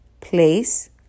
place